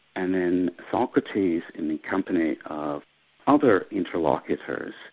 and then socrates in the company of other interlocutors,